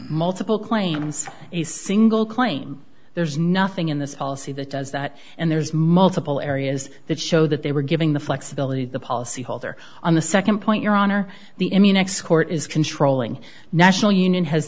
multiple claims a single claim there's nothing in this policy that does that and there's multiple areas that show that they were giving the flexibility the policyholder on the nd point your honor the immunex court is controlling national union has